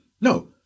No